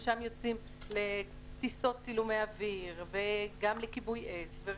משם יוצאים לטיסות צילומי אוויר וגם לכיבוי אש וריסוס,